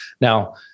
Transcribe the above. Now